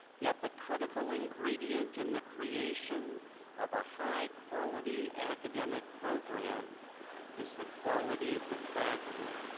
yet the critical ingredient in the creation of a high quality academic program is the quality of the faculty.